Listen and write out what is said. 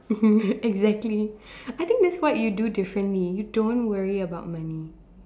exactly I think that's what you do differently you don't worry about money